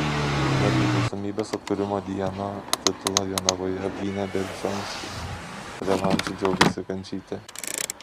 nepriklausomybės atkūrimo dieną titulą jonavoje apgynė beržanskis revanšu džiaugėsi kančytė